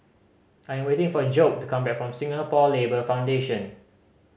I am waiting for Jobe to come back from Singapore Labour Foundation